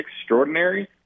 extraordinary